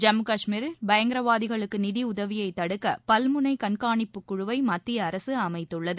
ஜம்மு கஷ்மீரில் பயங்கரவாதிகளுக்கு நிதியுதவியை தடுக்க பல்முனை கண்காணிப்புக் குழுவை மத்திய அரசு அமைத்துள்ளது